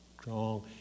strong